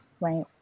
Right